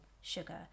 sugar